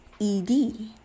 -ed